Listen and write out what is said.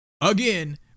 again